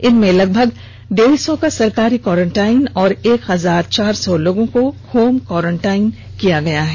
इनमें लगभग डेढ़ सौ का सरकारी क्वारेंटाइन और एक हजार चार सौ लोगों को होम क्वारेंटाइन किया गया है